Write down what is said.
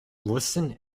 listen